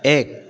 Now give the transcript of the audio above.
এক